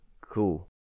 Cool